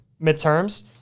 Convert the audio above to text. midterms